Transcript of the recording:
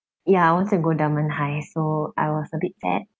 ya I wanted to go dunman high so I was a bit sad